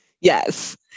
Yes